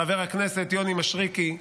חבר הכנסת יוני מישרקי,